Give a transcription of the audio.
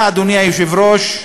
אדוני היושב-ראש,